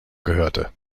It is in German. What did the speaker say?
gehörte